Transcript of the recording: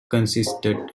consisted